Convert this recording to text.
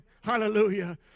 Hallelujah